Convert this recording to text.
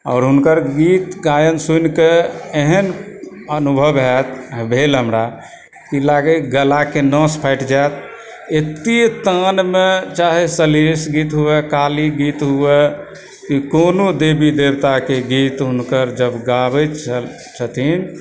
आओर हुनकर गीत गायन सुनिके एहन अनुभव हैत भेल हमरा कि लागै गलाके नस फटि जैत एतए तानमे चाहे सलहेश गीत हुए काली गीत हुए कि कोनो देवी देवताके गीत हुनकर जब गाबैत छल छथिन